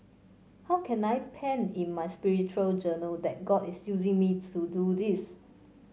how can I pen in my spiritual journal that God is using me to do this